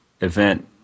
event